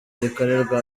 rikorerwa